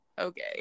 Okay